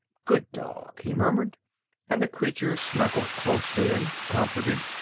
good dog, he murmured and the creature snuggled close to him, comforted,